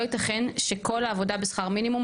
לא יתכן שכל העבודה בשכר מינימום,